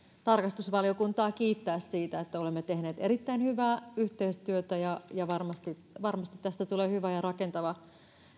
tarkastusvaliokuntaa kiittää siitä että olemme tehneet erittäin hyvää yhteistyötä varmasti varmasti tästä tulee hyvä ja rakentava